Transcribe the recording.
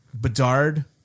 Bedard